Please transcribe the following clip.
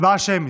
הצבעה שמית,